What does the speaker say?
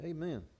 Amen